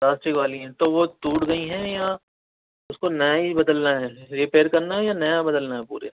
plastic والی ہیں تو وہ ٹوٹ گئی ہیں یا اس کو نیا ہی بدلنا ہے ریپیئر کرنا ہے یا نیا بدلنا ہے پورے